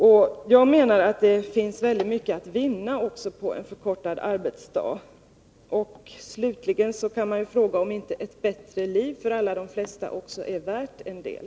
Men jag menar att det finns mycket att vinna på en förkortad arbetsdag. Slutligen kan man fråga om inte ett bättre liv för alla också är värt en del.